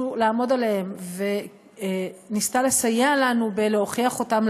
לעמוד עליהם והיא ניסתה לסייע לנו בלהוכיח אותם,